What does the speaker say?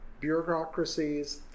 bureaucracies